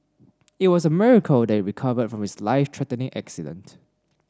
it was a miracle that he recovered from his life threatening accident